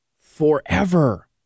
forever